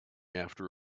after